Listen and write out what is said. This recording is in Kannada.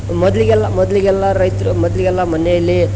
ಮೊದಲಿಗೆಲ್ಲ ಮೊದಲಿಗೆಲ್ಲ ರೈತ್ರು ಮೊದಲಿಗೆಲ್ಲ ಮನೆಯಲ್ಲಿ